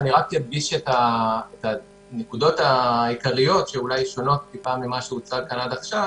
ורק אדגיש את הנקודות העיקריות שאולי שונות טיפה ממה שהוצג כאן עד עכשיו